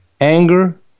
anger